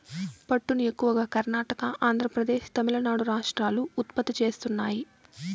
పట్టును ఎక్కువగా కర్ణాటక, ఆంద్రప్రదేశ్, తమిళనాడు రాష్ట్రాలు ఉత్పత్తి చేస్తున్నాయి